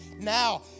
now